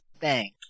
bang